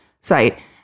site